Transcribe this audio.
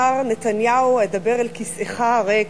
מר נתניהו אדבר אל כיסאך הריק,